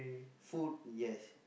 food yes